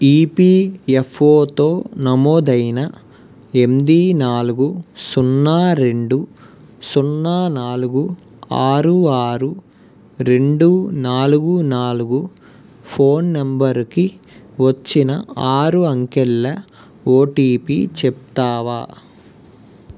ఈపీఎఫ్ఓతో నమోదైన ఎంది నాలుగు సున్నారెండు సున్నా నాలుగు ఆరు ఆరు రెండు నాలుగు నాలుగు ఫోన్ నంబరుకి వచ్చిన ఆరు అంకెల ఓటిపి చెప్తావా